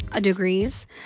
degrees